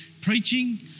preaching